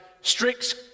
strict